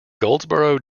goldsboro